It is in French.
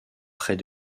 près